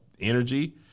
energy